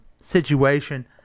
situation